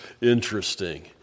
interesting